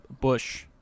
bush